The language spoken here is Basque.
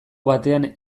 batean